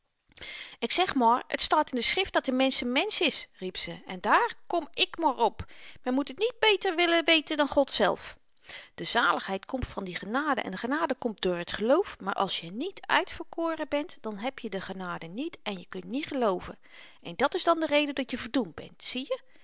ik zeg maar t staat in de schrift dat n mensch n mensch is riep ze en dààr kom ik maar op men moet t niet beter willen weten dan god zelf de zaligheid komt van de genade en de genade komt door t geloof maar als je niet uitverkoren bent dan heb je de genade niet en je kunt niet gelooven en dat is dan de reden dat je verdoemd bent zieje